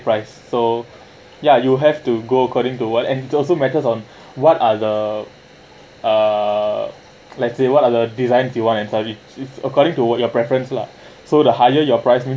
price so ya you have to go according to what end it also matters on what are the uh let's say what are the design you want entirely according to what your preference lah so the higher your price